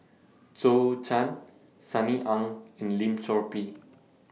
Zhou Can Sunny Ang and Lim Chor Pee